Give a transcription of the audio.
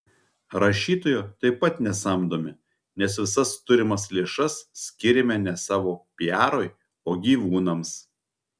rašytojo taip pat nesamdome nes visas turimas lėšas skiriame ne savo piarui o gyvūnams